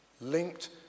linked